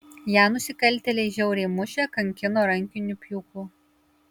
ją nusikaltėliai žiauriai mušė kankino rankiniu pjūklu